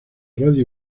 radio